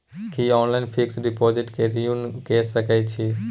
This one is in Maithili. की ऑनलाइन फिक्स डिपॉजिट के रिन्यू के सकै छी?